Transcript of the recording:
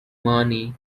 mani